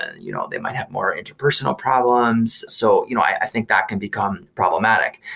you know they might have more interpersonal problems. so you know i think that can become problematic.